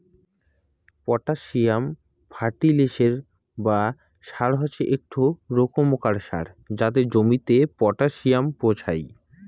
potassium ফার্টিলিসের বা সার হসে একটো রোকমকার সার যাতে জমিতে পটাসিয়াম পোঁছাই